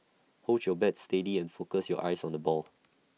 hold your bat steady and focus your eyes on the ball